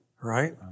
right